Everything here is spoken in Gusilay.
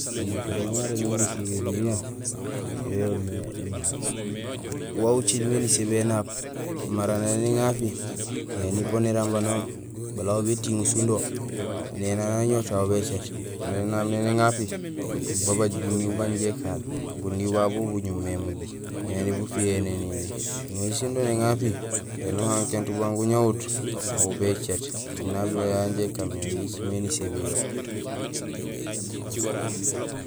Ēnukuréén yaan irégmé nisébiyé duniyee yo yoomé énaab. Wa ociilmé nisébi énaab, mara néni éŋapi, néni bo néramba noom, bala aw bétiŋul sindo, néni aan añowuti aw bécéét. Mara énaab néni éŋapi, babaaj buniiw banja ékaan. Buniiw babu bo boŋumé émugi éni bupiyohé nénini. Bu may sindo néŋapi, éni uhankénut, bugaan guñowut, aw bécéét. Ēnaab wo wawé wanja ékaan mé écimé nisébi yo